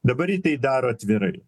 dabar ji tai daro atvirai